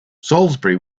salisbury